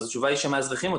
התשובה היא שמאזרחים אותם.